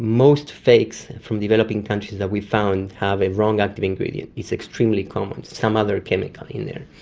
most fakes from developing countries that we found have a wrong active ingredient, it's extremely common, some other chemical in there.